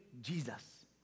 Jesus